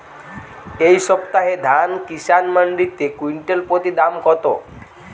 এই সপ্তাহে ধান কিষান মন্ডিতে কুইন্টাল প্রতি দাম কত?